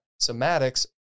somatics